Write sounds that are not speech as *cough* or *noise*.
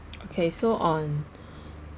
okay so on *breath*